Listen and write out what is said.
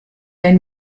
ein